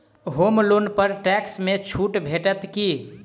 होम loan पर tax मे छुट भेटत की